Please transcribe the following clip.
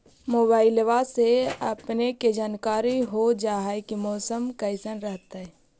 मोबाईलबा से अपने के जानकारी हो जा है की मौसमा कैसन रहतय?